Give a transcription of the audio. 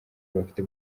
bafite